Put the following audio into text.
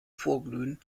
vorglühen